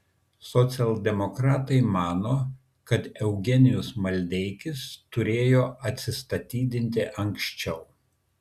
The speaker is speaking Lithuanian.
socialdemokratai mano kad eugenijus maldeikis turėjo atsistatydinti anksčiau